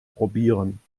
probieren